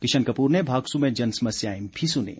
किशन कपूर ने भागसू में जनसमस्याएं भी सुनीं